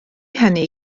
hynny